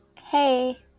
Hey